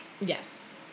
Yes